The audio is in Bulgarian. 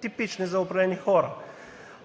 типични за определени хора.